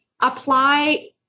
Apply